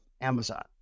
Amazon